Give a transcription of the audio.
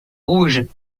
rouges